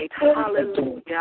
Hallelujah